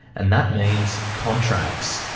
and that means contracts.